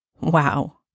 Wow